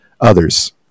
others